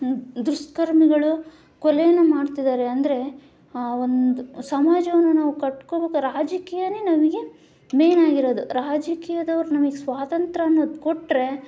ದುಷ್ಕರ್ಮಿಗಳು ಕೊಲೆಯನ್ನು ಮಾಡ್ತಿದ್ದಾರೆ ಅಂದರೆ ಆವೊಂದು ಸಮಾಜವನ್ನು ನಾವು ಕಟ್ಕೋಬೇಕು ರಾಜಕೀಯಾನೇ ನಮಗೆ ಮೇನಾಗಿರೋದು ರಾಜಕೀಯದವರು ನಮಗೆ ಸ್ವಾತಂತ್ರ ಅನ್ನೋದು ಕೊಟ್ಟರೆ